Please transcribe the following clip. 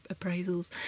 appraisals